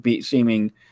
seeming